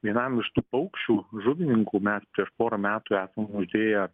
vienam iš tų paukščių žuvininkų mes prieš pora metų esam uždėję